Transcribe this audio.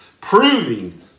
Proving